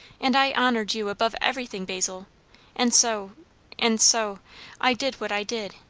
and i honoured you above everything, basil and so and so i did what i did